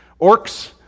Orcs